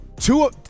two